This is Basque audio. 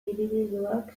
hiribilduak